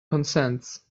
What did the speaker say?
consents